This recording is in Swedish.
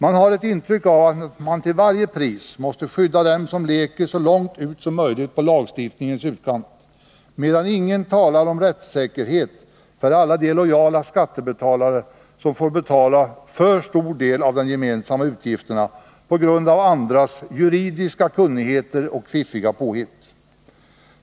Intrycket blir att man till varje pris måste skydda dem som leker så långt ut som möjligt i lagstiftningens utkant, medan ingen talar om rättssäkerhet för alla de lojala skattebetalare som får betala för stor del av de gemensamma utgifterna på grund av andras juridiska kunnighet och fiffiga påhitt.